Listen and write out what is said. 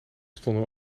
stonden